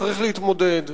צריך להתמודד,